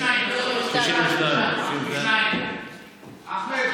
62. 62 62. אחמד,